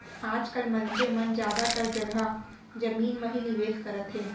आज काल मनसे मन जादातर जघा जमीन म ही निवेस करत हे